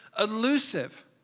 elusive